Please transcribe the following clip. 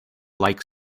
like